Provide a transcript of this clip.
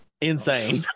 Insane